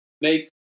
make